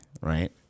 right